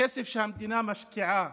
הכסף שהמדינה משקיעה